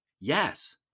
Yes